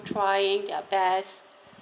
trying their best